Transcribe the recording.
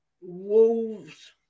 Wolves